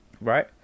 Right